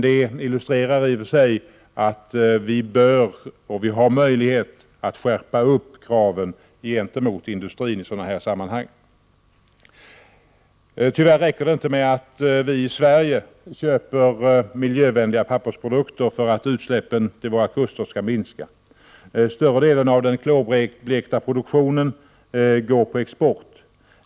Det illustrerar i och för sig att vi har möjlighet att och bör skärpa kraven gentemot industrin i sådana här sammanhang. Tyvärr räcker det inte med att vi i Sverige köper miljövänliga pappersprodukter för att utsläppen till våra kuster skall minska. Större delen av den klorblekta produktionen går på export.